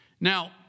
now